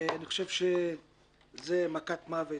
ואני חשוב שזה מכת מוות